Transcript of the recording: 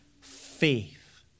Faith